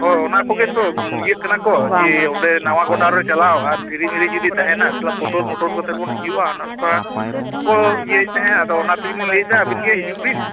ᱦᱳᱭ ᱚᱱᱟ ᱠᱚᱜᱮᱛᱚ ᱤᱭᱟᱹ ᱠᱟᱱᱟ ᱠᱚ ᱡᱮ ᱚᱸᱰᱮ ᱱᱟᱣᱟ ᱜᱚᱰᱟ ᱨᱮ ᱪᱟᱞᱟᱣ ᱟᱨ ᱫᱷᱤᱨᱤ ᱢᱤᱨᱤ ᱡᱩᱫᱤ ᱛᱟᱦᱮᱸᱱᱟ ᱥᱟᱞᱟ ᱯᱩᱴᱩᱨ ᱢᱩᱴᱩᱨ ᱠᱟᱛᱮᱫ ᱵᱚᱱ ᱦᱤᱡᱩᱼᱟ ᱚᱱᱮ ᱚᱱᱠᱟ ᱠᱚ ᱤᱭᱟᱹᱭᱮᱫ ᱛᱮᱦᱮᱱᱟ ᱟᱫᱚ ᱚᱱᱟ ᱛᱮᱜᱤᱞᱤᱧ ᱞᱟᱹᱭ ᱮᱫᱟ ᱡᱮ ᱟᱹᱵᱤᱱ ᱜᱮ ᱦᱤᱡᱩᱵᱤᱱ